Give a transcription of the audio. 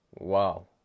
Wow